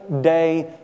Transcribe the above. day